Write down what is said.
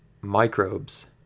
microbes